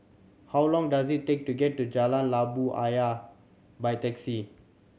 how long does it take to get to Jalan Labu Ayer by taxi